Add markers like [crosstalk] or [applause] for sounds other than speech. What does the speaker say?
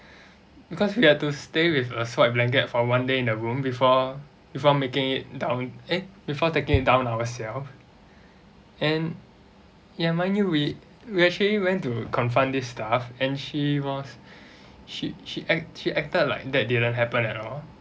[breath] because we had to stay with a soiled blanket for one day in the room before before making it down eh before taking it down ourselves and ya mind you we we actually went to confront this staff and she was [breath] she she act she acted like that didn't happen at all